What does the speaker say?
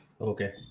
Okay